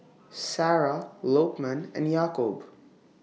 Sarah Lokman and Yaakob